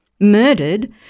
Murdered